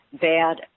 bad